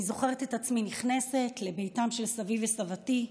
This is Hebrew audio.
אני זוכרת את עצמי נכנסת לביתם של סבי וסבתי,